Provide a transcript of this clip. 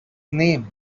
name